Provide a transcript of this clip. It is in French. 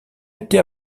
était